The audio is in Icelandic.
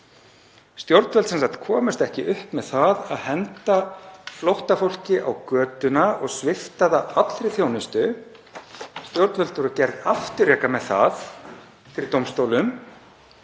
Stjórnvöld komust sem sagt ekki upp með það að henda flóttafólki á götuna og svipta það allri þjónustu og voru gerð afturreka með það fyrir dómstólum.